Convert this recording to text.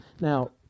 Now